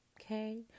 Okay